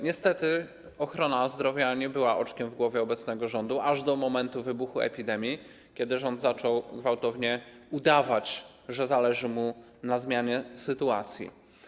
Niestety ochrona zdrowia nie była oczkiem w głowie obecnego rządu aż do momentu wybuchu epidemii, kiedy rząd zaczął gwałtownie udawać, że zależy mu na zmianie sytuacji.